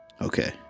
Okay